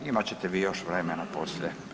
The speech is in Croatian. Imate ćete vi još vremena poslije.